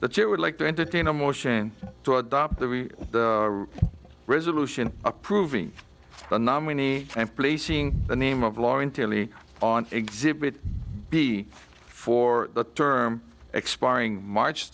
that you would like to entertain a motion to adopt the resolution approving the nominee placing the name of law entirely on exhibit b for the term expiring march